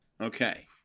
Okay